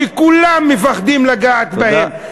שכולם מפחדים לגעת בהן,